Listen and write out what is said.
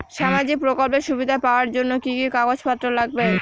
সামাজিক প্রকল্পের সুবিধা পাওয়ার জন্য কি কি কাগজ পত্র লাগবে?